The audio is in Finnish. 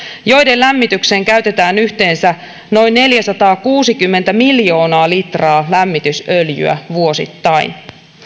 joiden lämmitykseen käytetään yhteensä noin neljäsataakuusikymmentä miljoonaa litraa lämmitysöljyä vuosittain